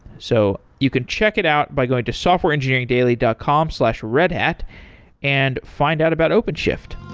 so you could check it out by going to softwareengineeringdaily dot com slash redhat and find out about openshift